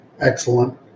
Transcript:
Excellent